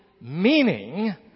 meaning